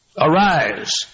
Arise